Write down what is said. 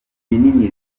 binini